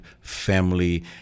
family